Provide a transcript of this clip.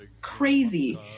Crazy